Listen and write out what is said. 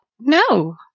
No